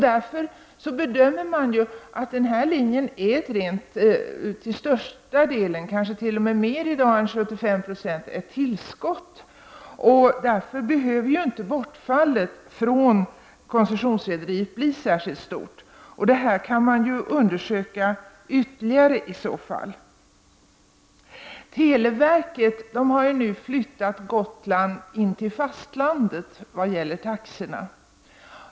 Därför bedömer man att den här linjen till största delen, kanske i dag mer än till 75 96, är ett tillskott. Bortfallet från koncessionsrederiet behöver därför inte bli så stort. Detta kan man i så fall undersöka ytterligare. Televerket har nu jämställt Gotland med fastlandet i vad gäller taxorna.